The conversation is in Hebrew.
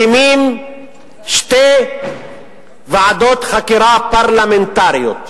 מקימים שתי ועדות חקירה פרלמנטריות,